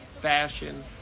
Fashion